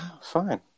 Fine